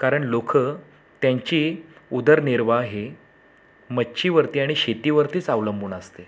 कारण लोकं त्यांची उदरनिर्वाह हे मच्छीवरती आणि शेतीवरतीच अवलंबून असते